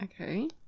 Okay